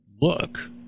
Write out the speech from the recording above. look